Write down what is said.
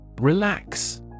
Relax